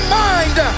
mind